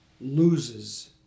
loses